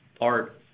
art